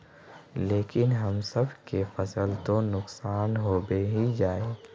लेकिन हम सब के फ़सल तो नुकसान होबे ही जाय?